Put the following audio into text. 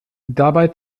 dabei